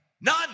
none